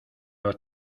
los